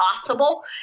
possible